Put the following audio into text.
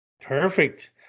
Perfect